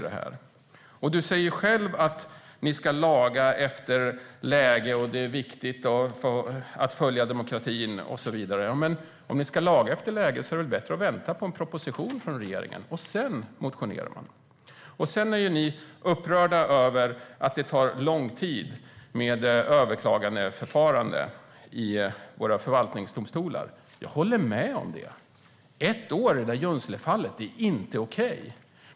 Ulf Berg säger själv att ni ska laga efter läglighet, att det är viktigt att följa demokratins regler och så vidare. Men om ni ska laga efter läglighet är det väl bättre att vänta på en proposition från regeringen och sedan väcka motioner. Ni är upprörda över att överklagandeförfarandet tar lång tid i våra förvaltningsdomstolar. Jag håller med om det. Ett år i Junselefallet är inte okej.